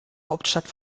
hauptstadt